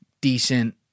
decent